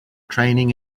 training